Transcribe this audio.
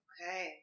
Okay